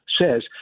says